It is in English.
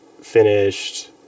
finished